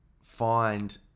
find